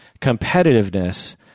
competitiveness